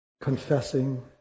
confessing